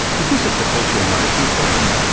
is this a perpetual motion claim?